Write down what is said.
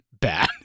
bad